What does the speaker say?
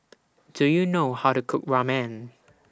Do YOU know How to Cook Ramen